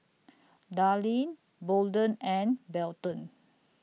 Darline Bolden and Belton